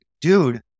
dude